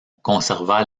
conserva